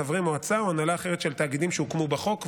חברי מועצה או הנהלה אחרת של תאגידים שהוקמו בחוק ועוד.